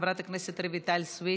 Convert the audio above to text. חברת הכנסת רויטל סויד,